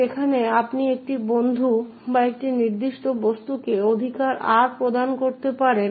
যেখানে আপনি একটি বন্ধু বা একটি নির্দিষ্ট বস্তুকে অধিকার R প্রদান করতে পারেন